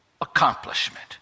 accomplishment